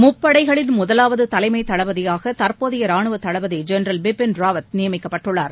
முப்படைகளின் முதலாவது தலைமைத் தளபதியாக தற்போதைய ராணுவத் தளபதி ஜெனரல் பிபின் ராவத் நியமிக்கப்பட்டுள்ளார்